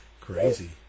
Crazy